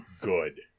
good